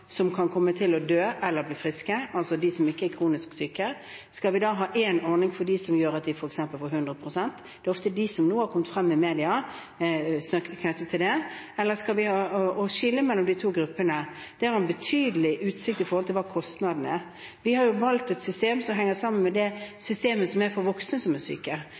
som kan komme til å dø eller bli friske, altså de som ikke er kronisk syke? Skal vi da ha én ordning for dem, som gjør at de f.eks. får 100 pst.? Det er ofte de som har kommet frem i media knyttet til det. Eller skal vi skille mellom de to gruppene? Det er en betydelig usikkerhet med tanke på hva kostnadene er. Vi har valgt et system som henger sammen med det systemet som er for voksne som er syke.